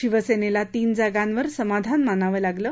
शिवसेनेला तीन जागांवर समाधान मानावं लागलं